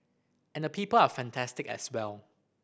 and the people are fantastic as well